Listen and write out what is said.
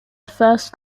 first